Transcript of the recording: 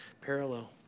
parallel